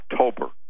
October